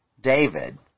David